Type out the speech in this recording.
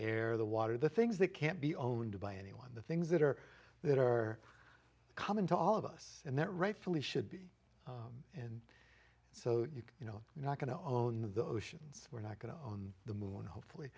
air the water the things that can't be owned by any one of the things that are that are common to all of us and that rightfully should be and so you can you know we're not going to own the oceans we're not going to on the moon hopefully